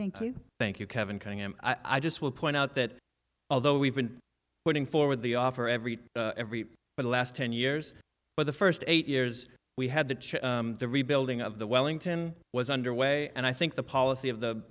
you thank you kevin i just will point out that although we've been putting forward the offer every every for the last ten years for the first eight years we had to check the rebuilding of the wellington was underway and i think the policy of the